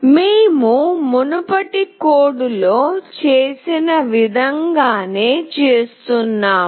మేము మునుపటి కోడ్లో చేసిన విధంగానే చేస్తున్నాము